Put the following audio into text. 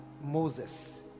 moses